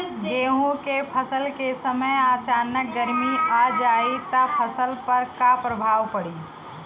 गेहुँ के फसल के समय अचानक गर्मी आ जाई त फसल पर का प्रभाव पड़ी?